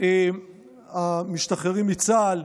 המשתחררים מצה"ל?